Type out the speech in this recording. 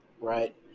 right